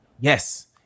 Yes